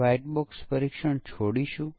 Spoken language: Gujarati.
ચાલો એક નાનકડી ક્વિઝ લઈએ